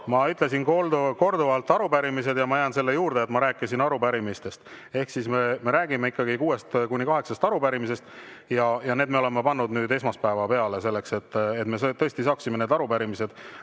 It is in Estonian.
Ma ütlesin korduvalt arupärimised ja ma jään selle juurde, et ma rääkisin arupärimistest. Ehk me räägime ikkagi 6–8 arupärimisest. Ja need me oleme pannud esmaspäeva peale, selleks et me tõesti saaksime need arupärimised